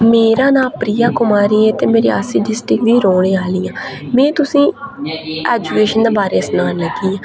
मेरा नां प्रिया कुमारी ऐ ते में रियासी डिस्ट्रिक्ट दी रौह्ने आह्ली आं में तुसेंगी ऐजूकेशन दे बारे च सनान लगी आं